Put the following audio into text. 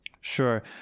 Sure